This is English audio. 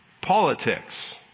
politics